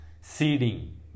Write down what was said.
Seeding